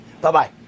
Bye-bye